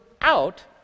out